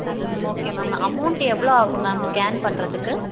ம் okay ma'am amount எவ்வளோ ஆகும் மேம் ஸ்கேன் பண்ணுறதுக்கு